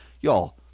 Y'all